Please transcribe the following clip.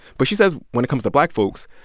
but she says when it comes to black folks,